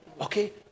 Okay